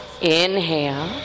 inhale